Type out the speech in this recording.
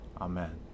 Amen